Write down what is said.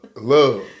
love